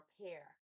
repair